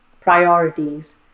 priorities